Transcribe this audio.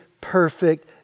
perfect